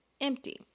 empty